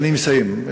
אני מסיים.